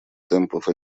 темпов